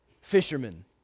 fishermen